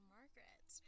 Margaret